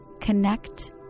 connect